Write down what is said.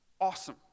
Awesome